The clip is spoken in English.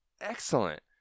excellent